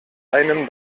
einem